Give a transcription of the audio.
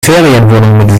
ferienwohnung